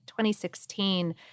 2016